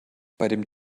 beim